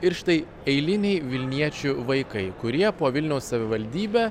ir štai eiliniai vilniečių vaikai kurie po vilniaus savivaldybę